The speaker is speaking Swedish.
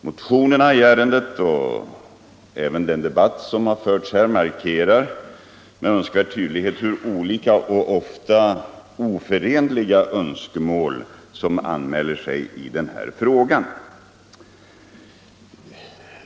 Motionerna i ärendet och även den debatt som har förts här markerar med all önskvärd tydlighet hur olika och ofta oförenliga önskemål som anmäler sig i denna fråga.